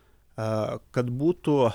kad būtų